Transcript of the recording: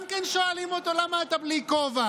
גם כן שואלים אותו: למה אתה בלי כובע?